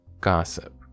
gossip